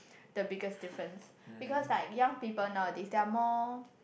the biggest difference because like young people nowadays they are more